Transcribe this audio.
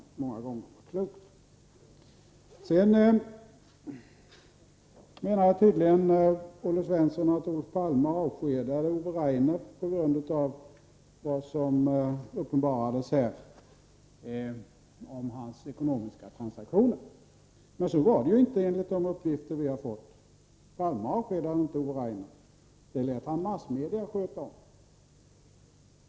Olle Svensson menade tydligen att Olof Palme avskedade Ove Rainer på grund av vad som uppenbarades om dennes ekonomiska transaktioner. Enligt de uppgifter vi har fått var det inte så. Palme avskedade inte Ove Rainer. Han lät massmedia sköta om den saken.